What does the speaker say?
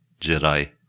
Jedi